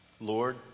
Lord